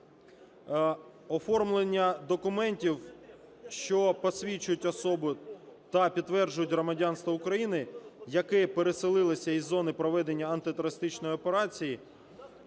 Оформлення документів, що посвідчують особу та підтверджують громадянство України, які переселилися із зони проведення антитерористичної операції